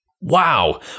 Wow